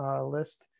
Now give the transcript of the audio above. list